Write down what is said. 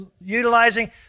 utilizing